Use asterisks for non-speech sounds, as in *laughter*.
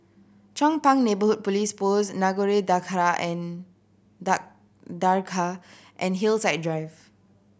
Chong Pang Neighbourhood Police Post Nagore Dargah and *unintelligible* and Hillside and Drive